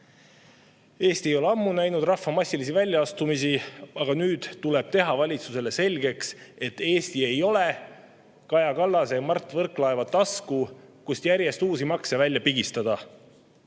Eesti ei ole ammu näinud rahva massilisi väljaastumisi, aga nüüd tuleb teha valitsusele selgeks, et Eesti ei ole Kaja Kallase ja Mart Võrklaeva tasku, kust järjest uusi makse välja pigistada.